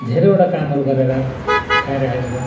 धेरैवटा कामहरू गरेर खाइरहेको छ